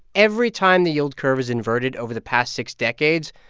every time the yield curve has inverted over the past six decades,